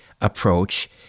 approach